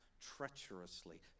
treacherously